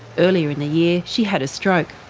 earlier in the year she had a stroke.